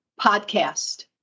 podcast